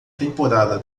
temporada